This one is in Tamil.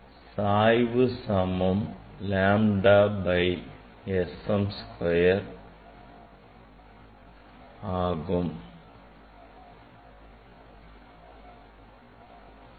சாய்வு சமம் lambda by S m square 1 m per 1 m and then to m S m square f சமமாகும்